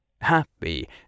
happy-